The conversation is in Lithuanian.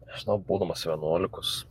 nežinau būdamas vienuolikos